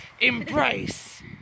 Embrace